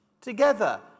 together